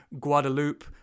Guadeloupe